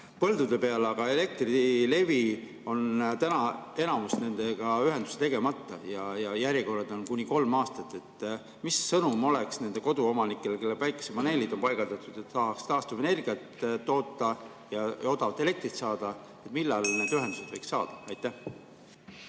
põldude peal. Aga Elektrilevil on täna enamiku nendega ühendus tegemata ja järjekorrad on kuni kolm aastat. Mis sõnum oleks nendele koduomanikele, kellel päikesepaneelid on paigaldatud ja kes tahaks taastuvenergiat toota ja odavat elektrit saada? Millal need ühendused võiks saada? Aitäh!